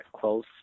close